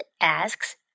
asks